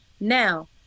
Now